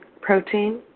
protein